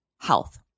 health